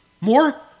More